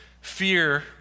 fear